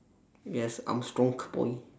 yes I'm strong boy